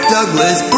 Douglas